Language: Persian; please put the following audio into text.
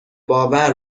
باور